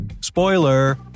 Spoiler